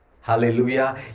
Hallelujah